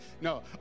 no